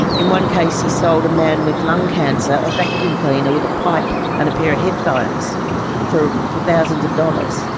in one case he sold a man with lung cancer a vacuum cleaner with a pipe and a pair of headphones for for thousands of dollars.